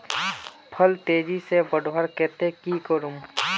फल तेजी से बढ़वार केते की की करूम?